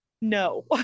no